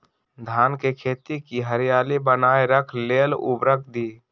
धान के खेती की हरियाली बनाय रख लेल उवर्रक दी?